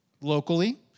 locally